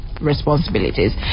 Responsibilities